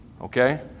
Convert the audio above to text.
Okay